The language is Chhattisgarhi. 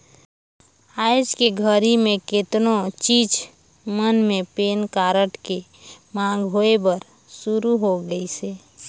आयज के घरी मे केतनो चीच मन मे पेन कारड के मांग होय बर सुरू हो गइसे